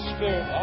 Spirit